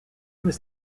was